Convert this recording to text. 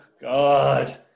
God